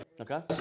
Okay